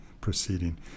proceeding